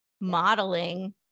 modeling